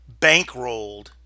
bankrolled